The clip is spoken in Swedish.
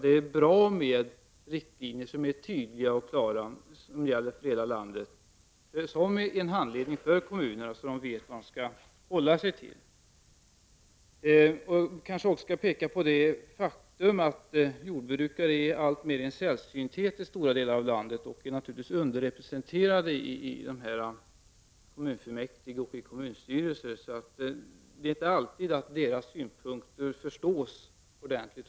Det är bra med riktlinjer som är tydliga och klara och som gäller för hela landet såsom handledning för kommunerna så att de vet vad de skall hålla sig till. Jag vill också nämna det faktum att jordbrukare är en allt större sällsynthet i stora delar av landet och naturligtvis är underrepresenterade i kommunfullmäktige och i kommunstyrelser. Det är därför inte alltid deras synpunkter förstås ordentligt.